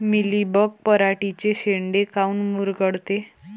Mealybug पराटीचे चे शेंडे काऊन मुरगळते?